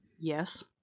yes